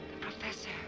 professor